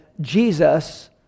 Jesus